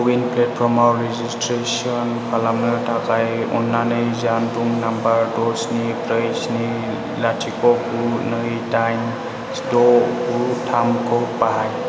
क'विन प्लेटफर्मआव रेजिस्ट्रेसन खालामनो थाखाय अन्नानै जानबुं नाम्बार द' सिनि ब्रै सिनि लाथिख' गु नै दाइन द' गु थामखौ बाहाय